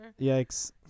Yikes